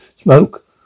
smoke